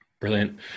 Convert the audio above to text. Brilliant